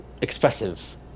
expressive